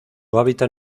hábitat